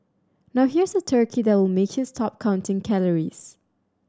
now here's a turkey that will make you stop counting calories